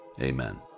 Amen